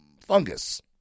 fungus